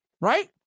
right